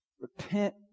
Repent